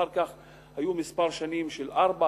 אחר כך היו כמה שנים של 4%,